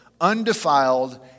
undefiled